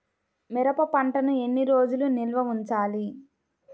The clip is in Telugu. మిరప పంటను ఎన్ని రోజులు నిల్వ ఉంచాలి?